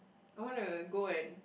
I want to go and